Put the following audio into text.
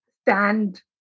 stand